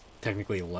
technically